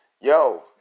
yo